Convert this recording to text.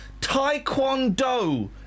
taekwondo